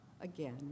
again